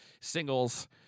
singles